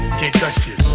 can't touch this